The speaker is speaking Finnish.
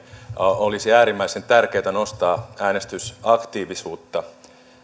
olisi äärimmäisen tärkeätä nostaa äänestysaktiivisuutta